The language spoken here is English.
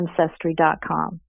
Ancestry.com